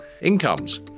incomes